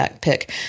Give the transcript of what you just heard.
pick